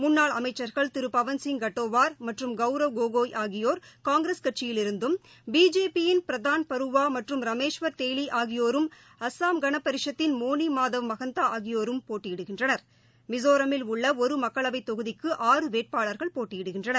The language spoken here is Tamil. முன்னாள் அமைச்சர்கள் திரு பவன் சிங் கட்டோவார் மற்றும் கவுரவ் கோகோய் ஆகியோரும் காங்கிரஸ் கட்சியில் இருந்தும் பிஜேபியின் பிரதான் பருவா மற்றும் ரமேஷ்வர் தேலி ஆகியோரும் அஸ்ஸாம் கனபரிஷதின் மோனி மாதவ் மகந்தா ஆகியோரும் போட்டியிடுகின்றனர் மிசோராமில் உள்ள ஒரு மக்களவை தொகுதிக்கு ஆறு வேட்பாளர்கள் போட்டியிடுகின்றனர்